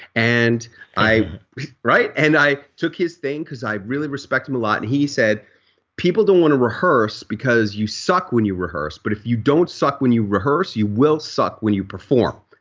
and i and i took his thing because i really respect him a lot. he said people don't want to rehearse because you suck when you rehearse but if you don't suck when you rehearse you will suck when you perform.